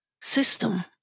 system